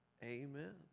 Amen